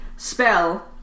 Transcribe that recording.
Spell